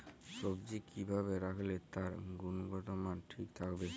সবজি কি ভাবে রাখলে তার গুনগতমান ঠিক থাকবে?